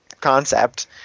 concept